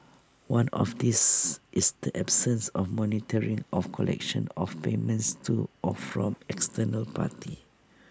one of these is the absence of monitoring of collection of payments to or from external parties